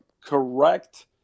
correct